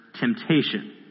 temptation